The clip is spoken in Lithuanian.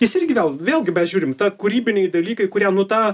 jis irgi vėl vėlgi mes žiūrim ta kūrybiniai dalykai kurie nu ta